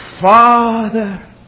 Father